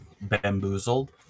Bamboozled